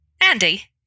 Andy